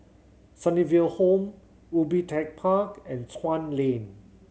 Sunnyville Home Ubi Tech Park and Chuan Lane